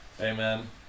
amen